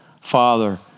Father